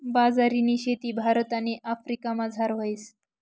बाजरीनी शेती भारत आणि आफ्रिकामझार व्हस